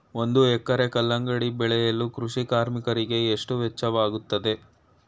ಒಂದು ಎಕರೆ ಕಲ್ಲಂಗಡಿ ಬೆಳೆಯಲು ಕೃಷಿ ಕಾರ್ಮಿಕರಿಗೆ ಎಷ್ಟು ವೆಚ್ಚವಾಗುತ್ತದೆ?